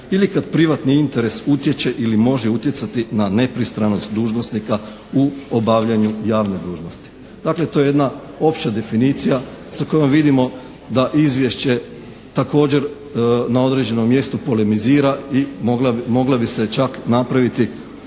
ili kad privatni interes utječe ili može utjecati na nepristranost dužnosnika u obavljanju javne dužnosti. Dakle to je jedna opća definicija sa kojom vidimo da izvješće također na određenom mjestu polemizira i mogla bi se čak napraviti i